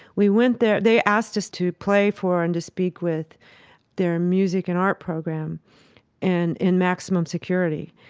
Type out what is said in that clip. we went there they asked us to play for and to speak with their music and art program and in maximum security.